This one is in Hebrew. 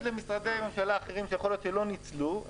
למשרדי ממשלה אחרים שיכול להיות שלא ניצלו,